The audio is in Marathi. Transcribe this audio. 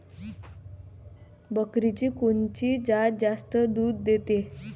बकरीची कोनची जात जास्त दूध देते?